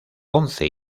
once